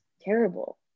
terrible